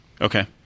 Okay